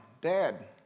Dad